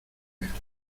reglas